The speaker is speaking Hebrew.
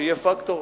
שיהיה פקטור,